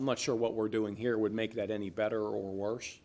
i'm not sure what we're doing here would make it any better or worse